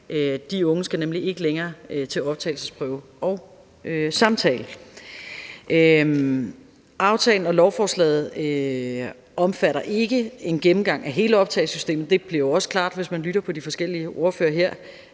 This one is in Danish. De unge skal nemlig ikke længere til optagelsesprøve og samtale. Aftalen og lovforslaget omfatter ikke en gennemgang af hele optagesystemet. Det bliver jo også klart, hvis man lytter til de forskellige ordførere her.